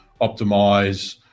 optimize